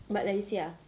but like you see ah